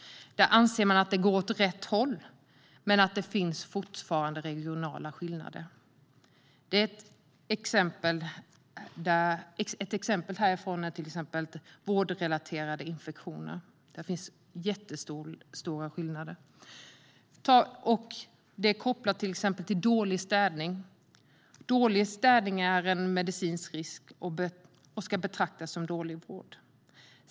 Man anser att det går åt rätt håll men att det fortfarande finns regionala skillnader. Ett exempel är vårdrelaterade infektioner, där det finns jättestora skillnader. Det är kopplat till exempelvis dålig städning, som är en medicinsk risk och som ska betraktas som dålig vård.